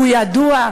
הוא ידוע,